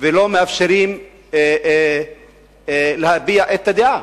ולא מאפשרים להביע את הדעה.